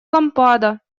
лампада